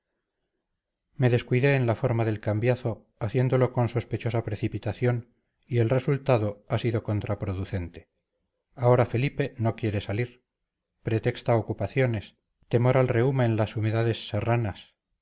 me descuidé en la forma del cambiazo haciéndolo con sospechosa precipitación y el resultado ha sido contraproducente ahora felipe no quiere salir pretexta ocupaciones temor al reúma en las humedades serranas